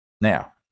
Now